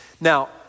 Now